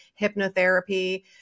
hypnotherapy